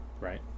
Right